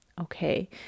Okay